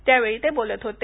त्यावेळी ते बोलत होते